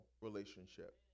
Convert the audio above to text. relationship